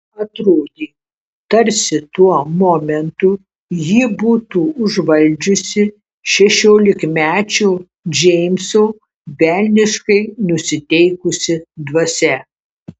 atrodė tarsi tuo momentu jį būtų užvaldžiusi šešiolikmečio džeimso velniškai nusiteikusi dvasia